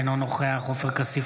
אינו נוכח עופר כסיף,